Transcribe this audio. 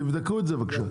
תבדקו את זה, בבקשה.